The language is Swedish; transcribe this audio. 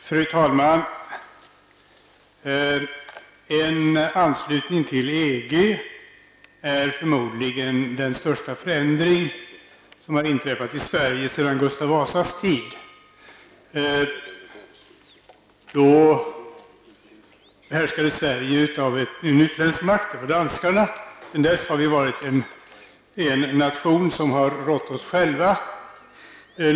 Fru talman! En anslutning till EG är förmodligen den största förändring som har inträffat i Sverige sedan Gustav Vasas tid. Då behärskades Sverige av en utländsk makt, det var Danmark. Sedan dess har vi varit en nation som rått oss själva.